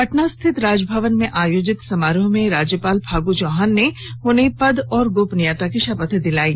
पटना स्थित राजभवन में आयोजित समारोह में राज्यपाल फागू चौहान ने उन्हें पद और गोपनीयता की शपथ दिलायी